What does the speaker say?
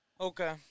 Okay